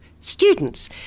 students